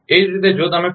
એ જ રીતે જો તમે પી